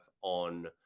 on